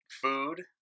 food